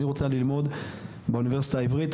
אני רוצה ללמוד באונ' העברית,